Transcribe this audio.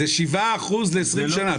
זה 7% ל-20 שנה.